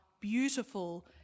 beautiful